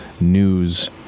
news